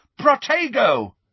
Protego